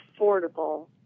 affordable